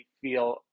feel